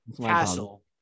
Castle